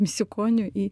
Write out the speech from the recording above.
misiukoniu į